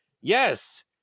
Yes